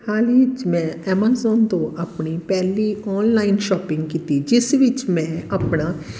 ਹਾਲ ਹੀ 'ਚ ਮੈਂ ਐਮਾਜ਼ੋਨ ਤੋਂ ਆਪਣੀ ਪਹਿਲੀ ਔਨਲਾਈਨ ਸ਼ੋਪਿੰਗ ਕੀਤੀ ਜਿਸ ਵਿੱਚ ਮੈਂ ਆਪਣਾ